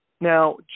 now